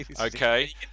okay